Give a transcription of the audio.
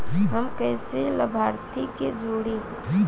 हम कइसे लाभार्थी के जोड़ी?